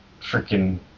freaking